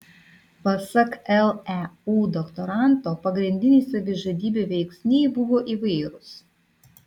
pasak leu doktoranto pagrindiniai savižudybių veiksniai buvo įvairūs